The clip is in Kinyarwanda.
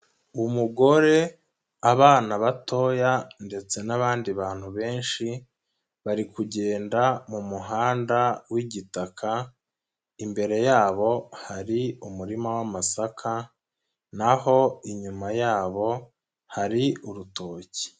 Umugore, abana batoya ndetse n'abandi bantu benshi, bari kugenda mu muhanda w'igitaka, imbere yabo hari umurima w'amasaka, naho inyuma yabo hari urutoki.